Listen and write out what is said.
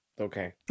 Okay